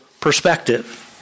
perspective